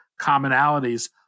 commonalities